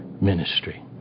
ministry